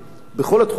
בכל התחומים: